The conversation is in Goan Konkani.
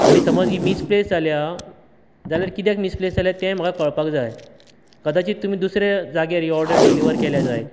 आनी समज ही मिसप्लेस जाल्या जाल्यार कित्याक मिसप्लेस जाल्या हे म्हाका कळपाक जाय कदाचीत तुमी दुसरे जाग्यार ही ऑडर डिलीवर केल्या जायत